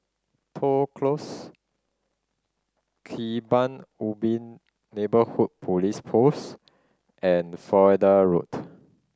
Toh Close Kebun Ubi Neighbourhood Police Post and Florida Road